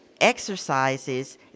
exercises